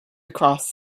across